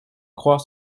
croire